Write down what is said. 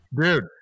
Dude